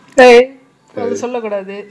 டேய் அத சொல்ல கூடாது:dei atha solla koodaathu